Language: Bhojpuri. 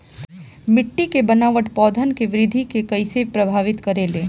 मिट्टी के बनावट पौधन के वृद्धि के कइसे प्रभावित करे ले?